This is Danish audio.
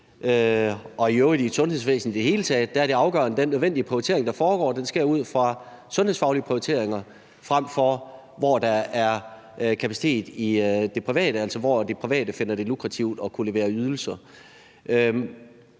i øvrigt i et sundhedsvæsen i det hele taget – er det afgørende, at den nødvendige prioritering, der foregår, sker ud fra sundhedsfaglige prioriteringer, frem for hvor der er kapacitet i det private, altså hvor det private finder det lukrativt at kunne levere ydelser.